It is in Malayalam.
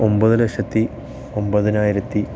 ഒമ്പതുലക്ഷത്തി ഒമ്പതിനായിരത്തി